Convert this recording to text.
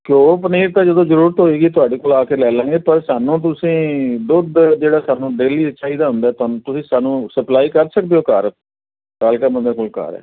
ਘਿਓ ਪਨੀਰ ਤਾਂ ਜਦੋਂ ਜ਼ਰੂਰਤ ਹੋਵੇਗੀ ਤੁਹਾਡੇ ਕੋਲ ਆ ਕੇ ਲੈ ਲਾਵਾਂਗੇ ਪਰ ਸਾਨੂੰ ਤੁਸੀਂ ਦੁੱਧ ਜਿਹੜਾ ਸਾਨੂੰ ਡੇਲੀ ਚਾਹੀਦਾ ਹੁੰਦਾ ਤੁਹਾਨੂੰ ਤੁਸੀਂ ਸਾਨੂੰ ਸਪਲਾਈ ਕਰ ਸਕਦੇ ਹੋ ਘਰ ਕਾਲਕਾ ਮੰਦਰ ਕੋਲ ਘਰ ਹੈ